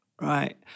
right